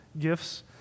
gifts